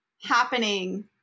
happening